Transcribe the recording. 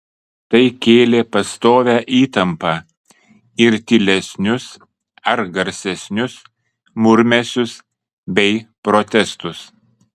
tai kėlė pastovią įtampą ir tylesnius ar garsesnius murmesius bei protestus